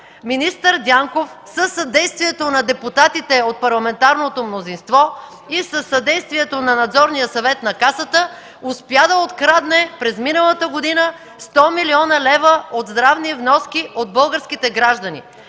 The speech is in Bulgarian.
Министър Дянков със съдействието на депутатите от парламентарното мнозинство и със съдействието на Надзорния съвет на Касата успя да открадне през миналата година 100 млн. лв. от здравни вноски от българските граждани